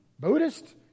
Buddhist